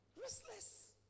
restless